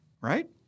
right